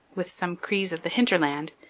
with some crees of the hinterland,